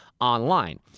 online